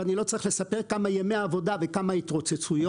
ואני לא צריך לספר כמה ימי עבודה וכמה התרוצצויות.